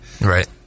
right